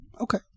Okay